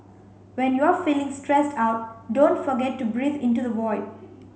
when you are feeling stressed out don't forget to breathe into the void